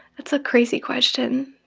that's a crazy question.